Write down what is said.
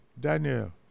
Daniel